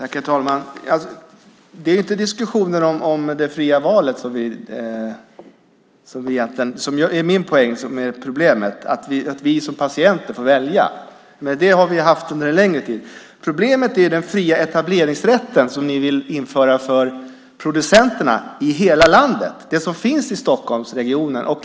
Herr talman! Det är inte diskussionen om det fria valet som är min poäng och som är problemet, att vi som patienter får välja. Det har vi haft under en längre tid. Problemet är den fria etableringsrätt som ni vill införa för producenterna i hela landet och som finns i Stockholmsregionen.